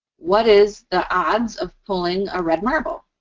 what is the odds of pulling a red marble?